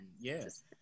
yes